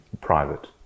private